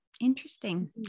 Interesting